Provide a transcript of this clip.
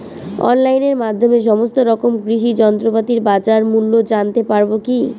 অনলাইনের মাধ্যমে সমস্ত রকম কৃষি যন্ত্রপাতির বাজার মূল্য জানতে পারবো কি?